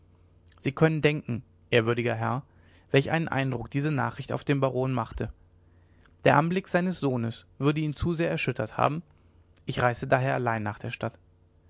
sie können denken ehrwürdiger herr welch einen eindruck diese nachricht auf den baron machte der anblick seines sohnes würde ihn zu sehr erschüttert haben ich reiste daher allein nach der stadt